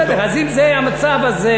בסדר, אם זה המצב, אז,